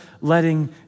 letting